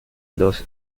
dos